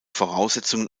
voraussetzungen